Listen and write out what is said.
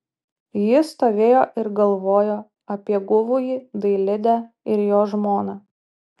ji stovėjo ir galvojo apie guvųjį dailidę ir jo žmoną